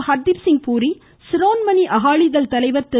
ஹர்திப் சிங் பூரி சிரோன்மணி அகாலிதள் தலைவர் திரு